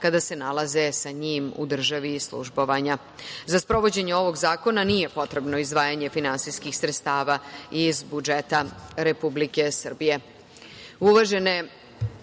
kada se nalaze sa njim u državi službovanja. Za sprovođenje ovog zakona nije potrebno izdvajanje finansijskih sredstava iz budžeta Republike Srbije. Uvažene